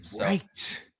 Right